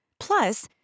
Plus